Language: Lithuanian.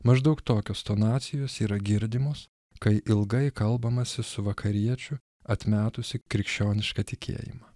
maždaug tokios tonacijos yra girdimos kai ilgai kalbamasi su vakariečiu atmetusį krikščionišką tikėjimą